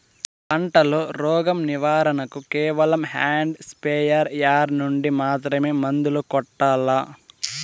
పంట లో, రోగం నివారణ కు కేవలం హ్యాండ్ స్ప్రేయార్ యార్ నుండి మాత్రమే మందులు కొట్టల్లా?